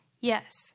Yes